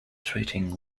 treating